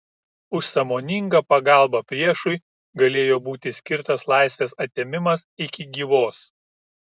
už sąmoningą pagalbą priešui galėjo būti skirtas laisvės atėmimas iki gyvos